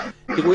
תראו,